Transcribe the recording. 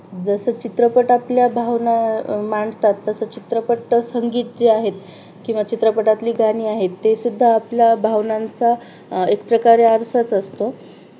जसं चित्रपट आपल्या भावना मांडतात तसं चित्रपट संगीत जे आहेत किंवा चित्रपटातली गाणी आहेत ते सुद्धा आपल्या भावनांचा एक प्रकारे आरसाच असतो